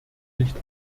nicht